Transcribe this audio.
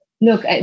look